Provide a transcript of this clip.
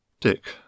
Dick